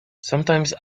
sometimes